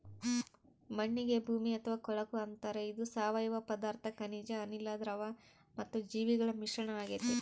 ಮಣ್ಣಿಗೆ ಭೂಮಿ ಅಥವಾ ಕೊಳಕು ಅಂತಾರೆ ಇದು ಸಾವಯವ ಪದಾರ್ಥ ಖನಿಜ ಅನಿಲ, ದ್ರವ ಮತ್ತು ಜೀವಿಗಳ ಮಿಶ್ರಣ ಆಗೆತೆ